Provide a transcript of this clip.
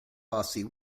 fosse